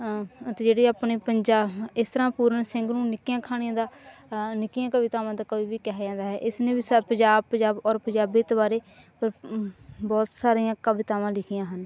ਅਤੇ ਜਿਹੜੀ ਆਪਣੇ ਪੰਜਾ ਹ ਇਸ ਤਰ੍ਹਾਂ ਪੂਰਨ ਸਿੰਘ ਨੂੰ ਨਿੱਕੀਆਂ ਕਹਾਣੀਆਂ ਦਾ ਨਿੱਕੀਆਂ ਕਵਿਤਾਵਾਂ ਦਾ ਕਵੀ ਵੀ ਕਿਹਾ ਜਾਂਦਾ ਹੈ ਇਸ ਨੇ ਵੀ ਸ ਪੰਜਾਬ ਪੰਜਾਬ ਔਰ ਪੰਜਾਬੀਅਤ ਬਾਰੇ ਬਹੁਤ ਸਾਰੀਆਂ ਕਵਿਤਾਵਾਂ ਲਿਖੀਆਂ ਹਨ